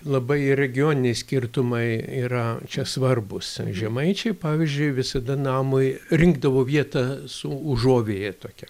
labai regioniniai skirtumai yra čia svarbūs žemaičiai pavyzdžiui visada namui rinkdavo vietą su užuovėja tokią